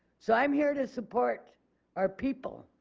so i am here to support our people.